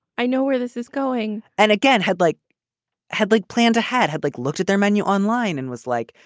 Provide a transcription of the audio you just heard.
i know where this is going and again, had like had like planned ahead, had like looked at their menu online and was like,